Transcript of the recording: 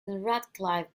radcliffe